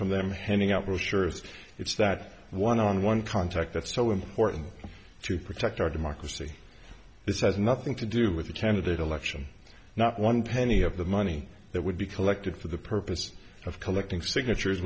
from them handing out brochures it's that one on one contact that's so important to protect our democracy this has nothing to do with a candidate election not one penny of the money that would be collected for the purpose of collecting signatures